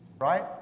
right